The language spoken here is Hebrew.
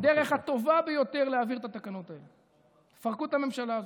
הדרך הטובה ביותר להעביר את התקנות האלה: תפרקו את הממשלה הזאת,